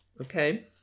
Okay